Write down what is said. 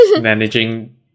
managing